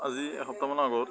আজি এসপ্তাহমানৰ আগত